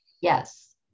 Yes